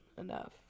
enough